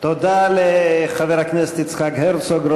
תודה לחבר הכנסת יצחק הרצוג,